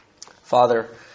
Father